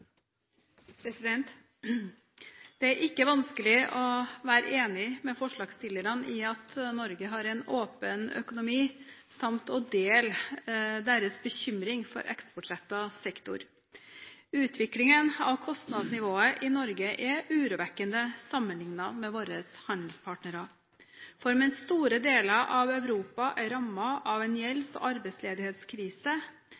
ikke vanskelig å være enig med forslagsstillerne i at Norge har en åpen økonomi, samt å dele deres bekymring for eksportrettet sektor. Utviklingen av kostnadsnivået i Norge er urovekkende sammenlignet med våre handelspartneres. For mens store deler av Europa er rammet av en